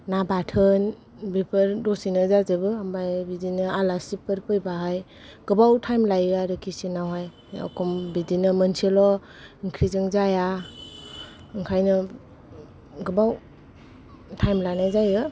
ना बाथोन बेफोर दसेनो जाजोबो ओमफ्राय बिदिनो आलासिफोर फैबाहाय गोबाव टाइम लायो आरो किटसेन आवहाय बिदिनो मोनसेल' ओंख्रिजों जाया ओंखायनो गोबाव टाइम लानाय जायो